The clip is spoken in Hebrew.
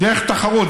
דרך תחרות.